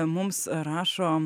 mums rašo